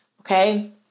Okay